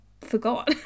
forgot